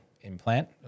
implant